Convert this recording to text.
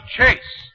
Chase